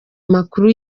amakuru